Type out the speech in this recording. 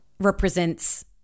represents